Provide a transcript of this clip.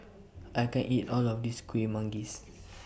I can't eat All of This Kuih Manggis